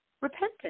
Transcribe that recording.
repentance